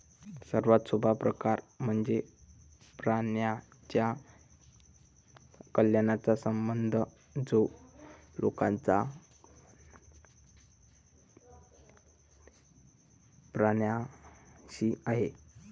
सर्वात सोपा प्रकार म्हणजे प्राण्यांच्या कल्याणाचा संबंध जो लोकांचा प्राण्यांशी आहे